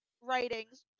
writings